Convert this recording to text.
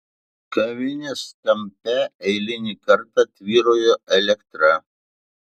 kavinės kampe eilinį kartą tvyrojo elektra